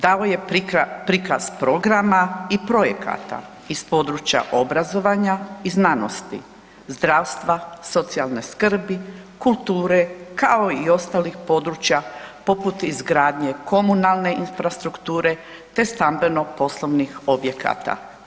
Dao je prikaz programa i projekata iz područja obrazovanja i znanosti, zdravstva, socijalne skrbi, kulture, kao i ostalih područja poput izgradnje komunalne infrastrukture te stambeno-poslovnih objekata.